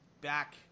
back